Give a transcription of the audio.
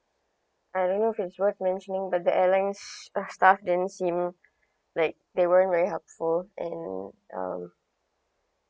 I don't know if it's worth mentioning but the airlines uh staff didn't seem like they weren't very helpful and um